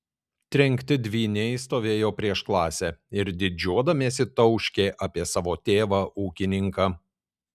trenkti dvyniai stovėjo prieš klasę ir didžiuodamiesi tauškė apie savo tėvą ūkininką